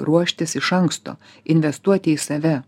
ruoštis iš anksto investuoti į save